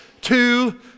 two